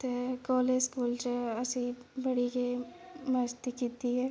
ते college school च बड़ी गै मस्ती कीती ऐ